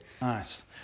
nice